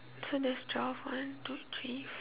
so there's twelve one two three